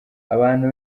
abantu